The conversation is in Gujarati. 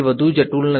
વિદ્યાર્થી ફોરિયર